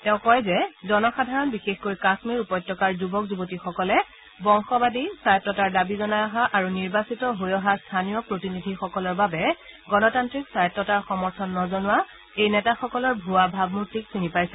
তেওঁ কয় যে জনসাধাৰণ বিশেষকৈ কাশ্মীৰ উপত্যকাৰ যুৱক যূৱতীসকলে বংশবাদী স্বায়ত্ততাৰ দাবী জনাই অহা আৰু নিৰ্বাচিত হৈ অহা স্থানীয় প্ৰতিনিধিসকলৰ বাবে গণতান্ত্ৰিক স্বায়ত্ততা সমৰ্থন নজনোৱা এই নেতাসকলৰ ভুৱা ভাৱমূৰ্তিক চিনি পাইছে